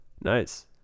Nice